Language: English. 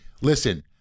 Listen